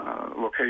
location